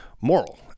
moral